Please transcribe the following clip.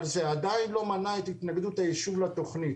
אבל זה עדיין לא מנע את התנגדות היישוב לתכנית.